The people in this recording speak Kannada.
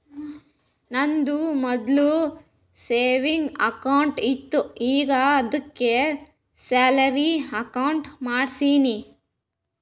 ನಂದು ಮೊದ್ಲು ಸೆವಿಂಗ್ಸ್ ಅಕೌಂಟ್ ಇತ್ತು ಈಗ ಆದ್ದುಕೆ ಸ್ಯಾಲರಿ ಅಕೌಂಟ್ ಮಾಡ್ಸಿನಿ